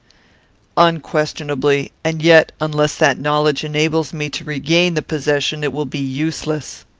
unquestionably and yet, unless that knowledge enables me to regain the possession, it will be useless.